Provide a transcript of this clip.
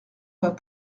pas